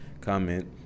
comment